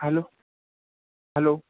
hello hello